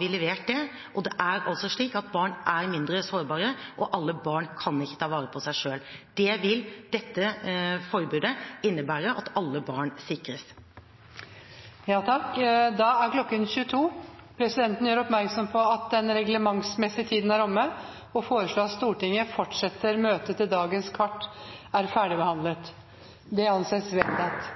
leverte vi det. Og det er altså slik at barn er mer sårbare, og at ikke alle barn kan ta vare på seg selv. Dette forbudet vil innebære at alle barn sikres. Da er klokken 22. Presidenten gjør oppmerksom på at den reglementsmessige tiden for dagens møte er omme og foreslår at Stortinget fortsetter møtet til dagens kart er ferdigbehandlet. – Det anses vedtatt.